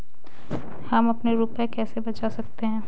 हम अपने रुपये कैसे बचा सकते हैं?